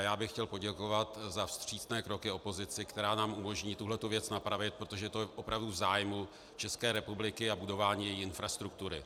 Já bych chtěl poděkovat za vstřícné kroky opozici, která nám umožní tuhle věc napravit, protože je to opravdu v zájmu České republiky a budování její infrastruktury.